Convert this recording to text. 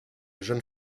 jeune